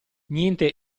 niente